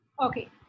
Okay